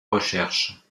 recherche